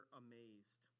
amazed